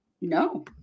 no